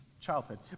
childhood